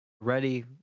ready